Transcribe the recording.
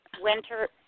winter